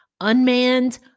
unmanned